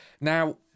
Now